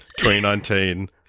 2019